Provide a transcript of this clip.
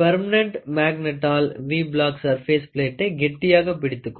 permanent மேக்நெட்டாள் வி black surface பிளேட்டை கெட்டியாக பிடித்துக்கொள்ளும்